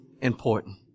important